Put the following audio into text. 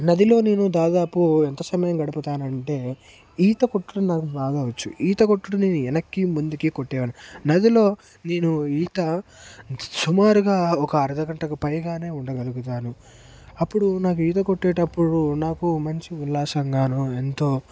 నదిలో నేను దాదాపు ఎంత సమయం గడుపుతాను అంటే ఈత కొట్టడం నాకు బాగా వచ్చు ఈత కొట్టుడు నేను వెనక్కి ముందుకి కొట్టేయాలి నదిలో నేను ఈత సుమారుగా ఒక అర గంటకు పైగానే ఉండగలుగుతాను అప్పుడు నాకు ఈత కొట్టేటప్పుడు నాకు మంచి ఉల్లాసం గాను ఎంతో